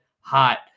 hot